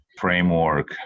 framework